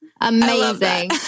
Amazing